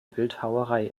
bildhauerei